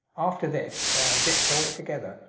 after this they are dipped all together,